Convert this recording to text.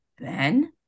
Ben